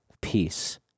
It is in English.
peace